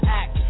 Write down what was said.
act